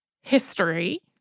history